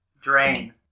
drain